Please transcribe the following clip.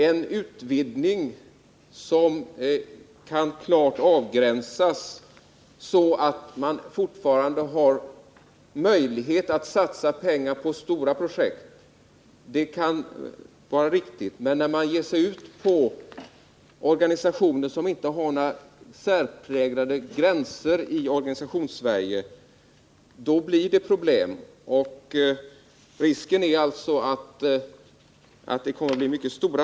En utvidgning som kan klart avgränsas så att man fortfarande har möjlighet att satsa pengar på stora projekt kan vara riktig, men när man utvidgar systemet till att gälla organisationer som inte har några särpräglade gränser i Organisationssverige blir det problem, och risken är att de problemen blir mycket stora.